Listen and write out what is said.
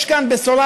יש כאן בשורה,